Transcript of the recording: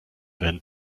werden